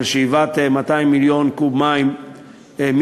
של שאיבת 200 מיליון קוב מים מים-סוף,